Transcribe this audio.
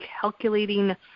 calculating